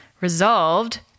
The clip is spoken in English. resolved